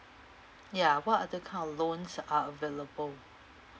ya what other kind of loans are available